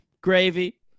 Gravy